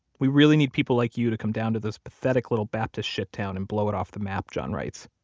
we really need people like you to come down to this pathetic little baptist shittown and blow it off the map, john writes.